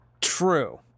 True